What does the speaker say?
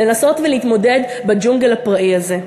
לנסות ולהתמודד בג'ונגל הפראי הזה.